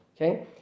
okay